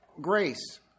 grace